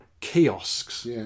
kiosks